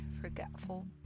forgetful